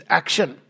action